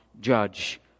judge